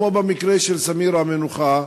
כמו במקרה של סמירה המנוחה,